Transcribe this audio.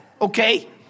okay